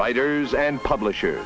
writers and publisher